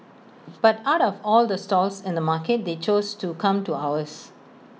but out of all the stalls in the market they chose to come to ours